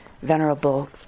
venerable